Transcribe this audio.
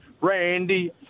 Randy